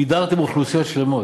הדרתם אוכלוסיות שלמות.